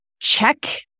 Check